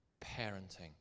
parenting